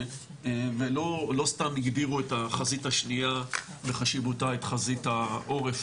ולא סתם הגדירו את החזית השניה וחשיבותה את חזית העורף,